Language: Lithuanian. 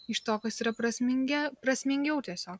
iš to kas yra prasmingia prasmingiau tiesiog